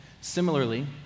Similarly